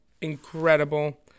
incredible